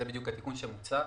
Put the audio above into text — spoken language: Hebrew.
זה התיקון שמוצע.